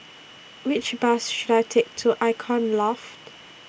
Which Bus should I Take to Icon Loft